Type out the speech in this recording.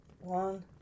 One